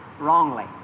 wrongly